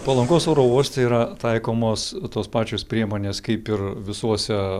palangos oro uoste yra taikomos tos pačios priemonės kaip ir visuose